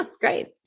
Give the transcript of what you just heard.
great